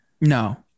No